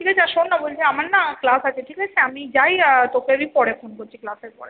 ঠিক আছে আর শোন না বলছি আমার না ক্লাস আছে ঠিক আছে আমি যাই তোকে আমি পরে ফোন করছি ক্লাসের পরে